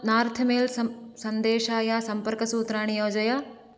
north mail संप् सन्देशाय सम्पर्कसूत्राणि योजय